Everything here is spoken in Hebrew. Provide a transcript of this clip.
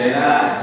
השאלה,